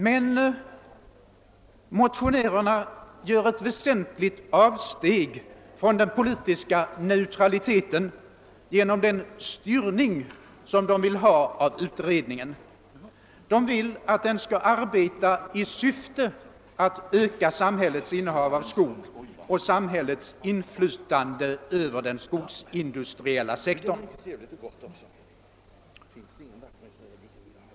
Men motionärerna gör ett väsentligt avsteg från den politiska neutraliteten genom den styrning de vill ha av utredningen: de vill att den skall arbeta »i syfte att« öka samhällets innehav av skog och samhällets inflytande över den skogsindustriella sektorn.